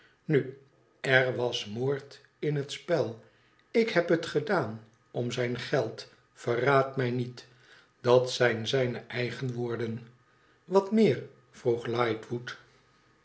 nu er was moord in het spel ik heb het gedaan om zijn geld verraad mij niet dat zijn zijne eigen woorden wat meer vroeg